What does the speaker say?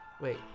Wait